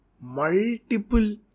multiple